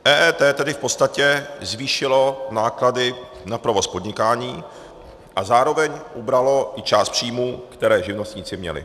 EET tedy v podstatě zvýšilo náklady na provoz podnikání a zároveň ubralo i část příjmů, které živnostníci měli.